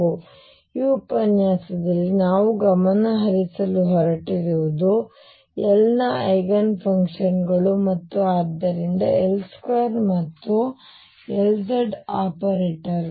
ಆದ್ದರಿಂದ ಈ ಉಪನ್ಯಾಸದಲ್ಲಿ ನಾವು ಗಮನಹರಿಸಲು ಹೊರಟಿರುವುದು L ನ ಐಗನ್ ಫಂಕ್ಷನ್ಗಳು ಮತ್ತು ಆದ್ದರಿಂದ L2 ಮತ್ತು Lz ಆಪರೇಟರ್ಗಳು